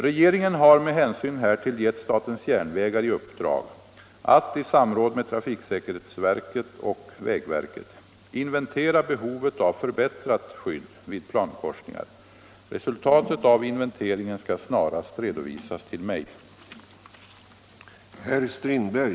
Regeringen har med hänsyn härtill gett SJ i uppdrag att i samråd med trafiksäkerhetsverket och vägverket inventera behovet av förbättrat skydd vid plankorsningar. Resultatet av inventeringen skall snarast redovisas till mig.